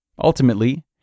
Ultimately